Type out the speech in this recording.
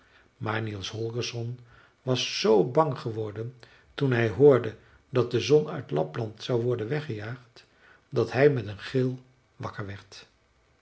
maar niels holgersson was z bang geworden toen hij hoorde dat de zon uit lapland zou worden weggejaagd dat hij met een gil wakker werd